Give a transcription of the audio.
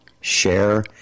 share